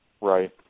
Right